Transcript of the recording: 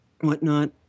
whatnot